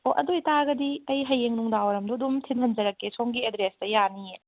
ꯑꯣ ꯑꯗꯨ ꯑꯣꯏꯇꯔꯒꯗꯤ ꯑꯩ ꯍꯌꯦꯡ ꯅꯨꯡꯗꯥꯡ ꯋꯥꯏꯔꯝꯗꯨ ꯑꯗꯨꯝ ꯊꯤꯟꯍꯟꯖꯔꯛꯀꯦ ꯁꯣꯝꯒꯤ ꯑꯦꯗ꯭ꯔꯦꯁꯇ ꯌꯥꯅꯤꯌꯦ